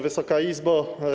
Wysoka Izbo!